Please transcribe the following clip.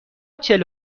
چهل